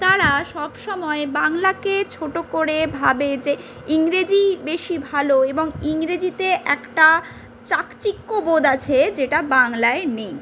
তারা সবসময় বাংলাকে ছোটো করে ভাবে যে ইংরেজিই বেশি ভালো এবং ইংরেজিতে একটা চাকচিক্য বোধ আছে যেটা বাংলায় নেই